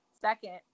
Second